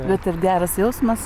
bet ir geras jausmas